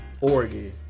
Oregon